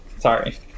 Sorry